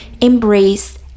embrace